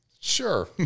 Sure